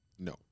No